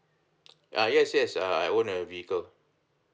ah yes yes uh I own a vehicle